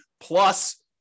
plus